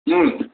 હં